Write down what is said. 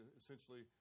essentially